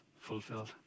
fulfilled